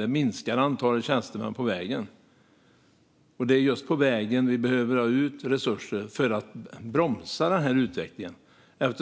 Där minskar antalet tjänstemän på vägen, och det är just på vägen vi behöver ha ut resurser för att bromsa den här utvecklingen. Vägen